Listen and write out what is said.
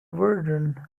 verdun